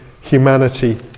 humanity